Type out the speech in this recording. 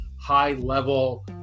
high-level